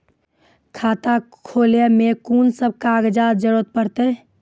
खाता खोलै मे कून सब कागजात जरूरत परतै?